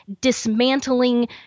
dismantling